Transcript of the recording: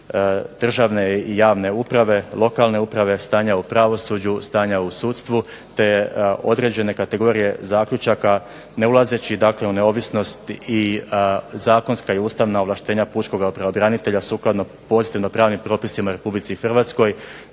državne i javne uprave, lokalne uprave, stanja u pravosuđu, stanja u sudstvu te određene kategorije zaključaka ne ulazeći dakle u neovisnost i zakonska i ustavna ovlaštenja pučkog pravobranitelja sukladno pozitivno pravnim propisima u RH neki